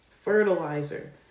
fertilizer